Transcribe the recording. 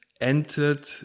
entered